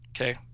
Okay